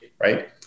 right